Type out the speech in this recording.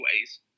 ways